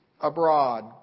abroad